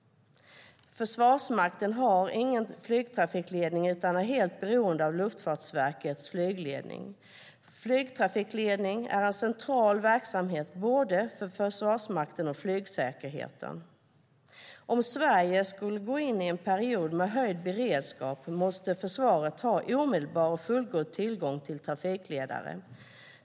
Försvarsmakten har ingen egen flygtrafikledning utan är helt beroende av Luftfartsverkets flygledning. Flygtrafikledning är en central verksamhet både för Försvarsmakten och för flygsäkerheten. Om Sverige skulle gå in i en period med höjd beredskap måste försvaret ha omedelbar och fullgod tillgång till trafikledare.